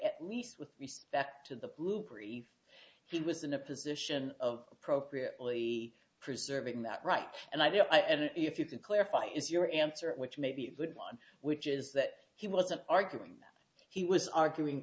at least with respect to the blooper eve he was in a position of appropriately preserving that right and i mean if you can clarify is your answer which may be a good one which is that he wasn't arguing he was arguing